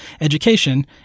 education